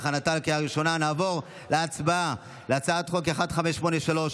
נעבור להצבעה על הצעת חוק 1583,